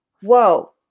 whoa